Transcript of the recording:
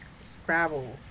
Scrabble